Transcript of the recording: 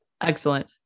Excellent